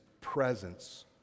presence